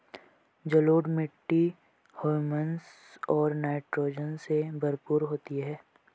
जलोढ़ मिट्टी हृयूमस और नाइट्रोजन से भरपूर होती है